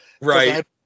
Right